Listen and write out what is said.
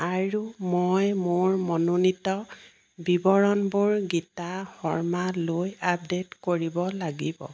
আৰু মই মোৰ মনোনীত বিৱৰণবোৰ গীতা শৰ্মালৈ আপডে'ট কৰিব লাগিব